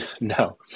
No